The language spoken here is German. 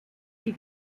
die